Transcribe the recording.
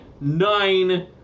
nine